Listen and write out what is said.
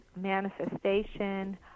manifestation